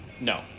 No